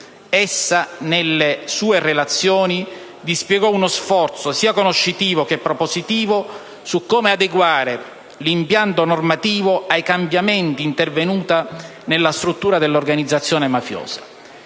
Essa, nelle sue relazioni, dispiegò uno sforzo, sia conoscitivo che propositivo, su come adeguare l'impianto normativo ai cambiamenti intervenuti nella struttura dell'organizzazione mafiosa.